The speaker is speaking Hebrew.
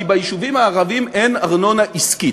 כי ביישובים הערביים אין ארנונה עסקית.